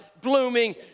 blooming